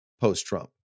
Post-Trump